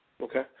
Okay